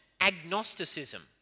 agnosticism